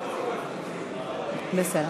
בסדר.